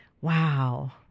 wow